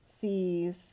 sees